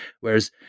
Whereas